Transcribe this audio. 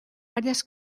varias